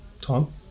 Tom